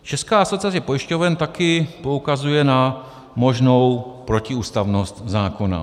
Česká asociace pojišťoven také poukazuje na možnou protiústavnost zákona.